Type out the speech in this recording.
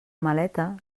maleta